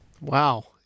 Wow